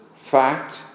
fact